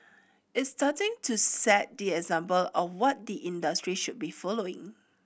it's starting to set the example of what the industry should be following